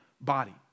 body